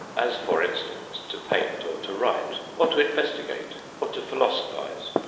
as, for instance, to paint or to write or to investigate or to philosophize,